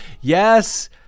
yes